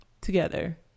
together